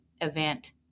event